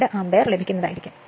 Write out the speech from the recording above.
62 ampere ലഭിക്കും